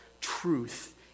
truth